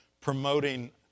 promoting